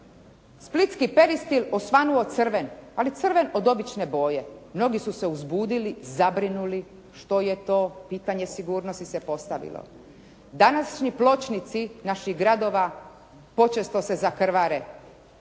splitski Peristil osvanuo crven, ali crven od obične boje mnogi su se uzbudili, zabrinuli što je to? Pitanje sigurnosti se postavilo. Današnji pločnici naših gradova počesto se zakrvare.